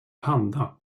panda